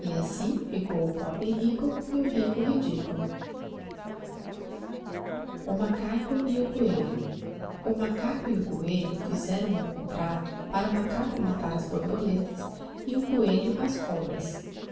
e assim ficou o pobre rico e o rico ridículo o macaco e o coelho o macaco e o coelho fizeram um contracto para o macaco matar as borboletas e o coelho as cobras